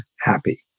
happy